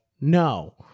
No